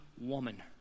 woman